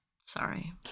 Sorry